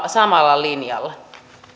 samalla linjalla